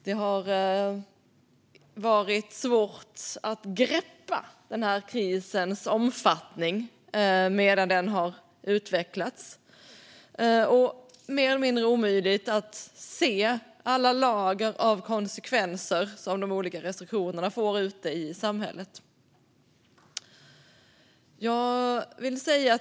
Det har varit svårt att greppa krisens omfattning medan den har utvecklats, och det har varit mer eller mindre omöjligt att se alla lager av konsekvenser som de olika restriktionerna får ute i samhället.